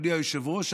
אדוני היושב-ראש,